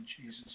Jesus